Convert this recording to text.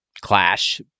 clash